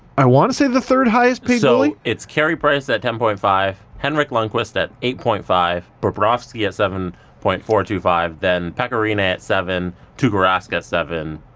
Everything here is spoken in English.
i want to say the third highest paid goalie. so carey price at ten point five, henrik lundqvist at eight point five, bobrovsky at seven point four two five, then pekka rinne at seven, tukka rask at seven,